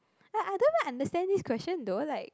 like I don't even understand this question though like